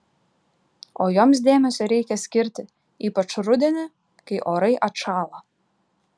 o joms dėmesio reikia skirti ypač rudenį kai orai atšąla